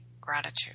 gratitude